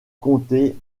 comté